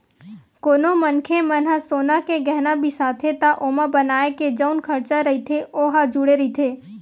कोनो मनखे मन ह सोना के गहना बिसाथे त ओमा बनाए के जउन खरचा रहिथे ओ ह जुड़े रहिथे